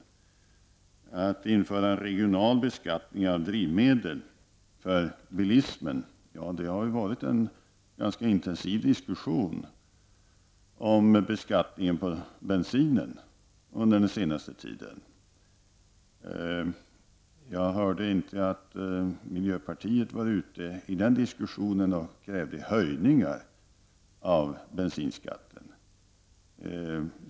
Sedan talade Carl Frick om att införa en regional beskattning av drivmedel för bilismen. Det har varit en ganska intensiv diskussion om beskattningen av bensin under den senaste tiden. Jag hörde inte att miljöpartiet i den diskussionen krävde höjningar av bensinskatten.